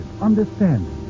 understanding